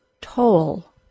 toll